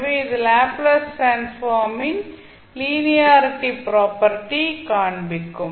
எனவே இது Laplace transform ன் லீனியரிட்டி ப்ராப்பர்ட்டி காண்பிக்கும்